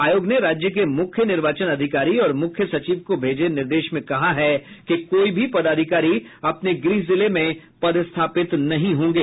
आयोग ने राज्य के मुख्य निर्वाचन अधिकारी और मुख्य सचिव को भेजे निर्देश में कहा है कि कोई भी पदाधिकारी अपने गृह जिले में पदथापित नहीं होंगे